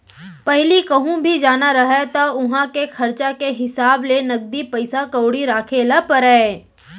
पहिली कहूँ भी जाना रहय त उहॉं के खरचा के हिसाब ले नगदी पइसा कउड़ी राखे ल परय